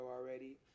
already